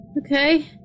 okay